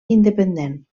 independent